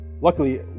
luckily